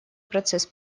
процесс